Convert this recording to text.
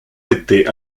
été